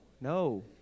no